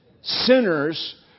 sinners